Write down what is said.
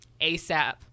ASAP